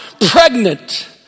pregnant